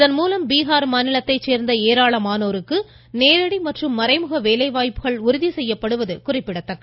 இதன்மூலம் பீகார் மாநிலத்தைச் சோ்ந்த ஏராளமானோருக்கு நேரடி மற்றும் மறைமுக வேலைவாய்ப்புகள் உறுதி செய்யப்படுவது குறிப்பிடத்தக்கது